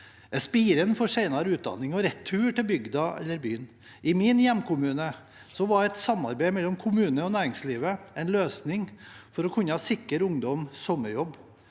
er spiren for senere utdanning og retur til bygda eller byen. I min hjemkommune var et samarbeid mellom kommunen og næringslivet en løsning for å kunne sikre ungdom sommerjobb.